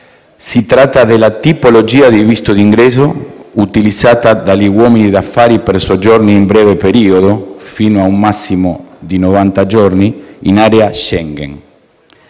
Si tratta della tipologia di visto d'ingresso utilizzata dagli uomini d'affari per soggiorni di breve periodo, fino a un massimo di novanta giorni, in area Schengen.